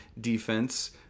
defense